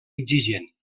exigent